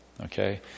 okay